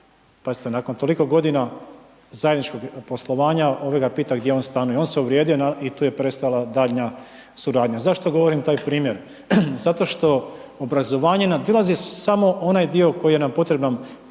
Pazite, nakon toliko godina zajedničkog poslovanja ovaj ga pita gdje on stanuje. On se uvrijedio i tu je prestala daljnja suradnja. Zašto govorim taj primjer? Zato što obrazovanje nadilazi samo onaj dio koji nam je potreban